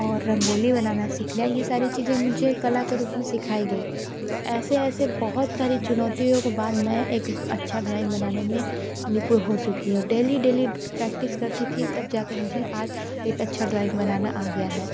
और रंगोली बनाना सीख लिया ये सारी चीज़ें मुझे कला के रूप में सिखाई गई तो ऐसे ऐसे बहुत सारी चुनौतियों को बाद मैं एक अच्छी ड्राॅइंग बनाने में निपूण हो चुकि हूँ डेली डेली प्रैक्टिस करती थी तब जा कर मुझे आज एक अच्छी ड्राॅइंग बनाना आ गया है